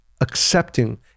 accepting